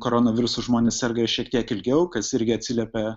koronavirusu žmonės serga šiek tiek ilgiau kas irgi atsiliepia